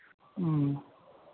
ह्म्म